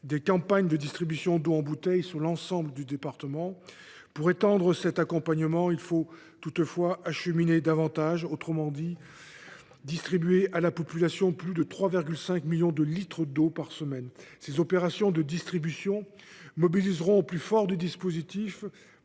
des campagnes de distribution d’eau en bouteille sur l’ensemble du département. Pour étendre cet accompagnement, il faut toutefois acheminer davantage, autrement dit, distribuer à la population plus de 3,5 millions de litres d’eau par semaine. Ces opérations de distribution mobiliseront, au plus fort du dispositif,